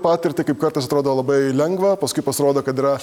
patirtį kaip kartais atrodo labai lengva paskui pasirodo kad yra